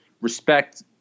respect